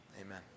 amen